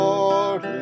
Lord